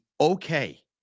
okay